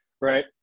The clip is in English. right